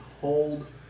hold